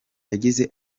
yagize